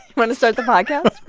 want to start the podcast?